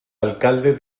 alcalde